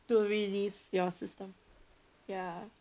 to release your system ya